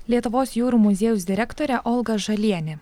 lietuvos jūrų muziejaus direktorė olga žalienė